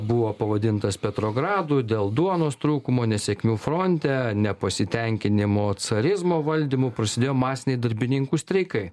buvo pavadintas petrogradu dėl duonos trūkumo nesėkmių fronte nepasitenkinimo carizmo valdymu prasidėjo masiniai darbininkų streikai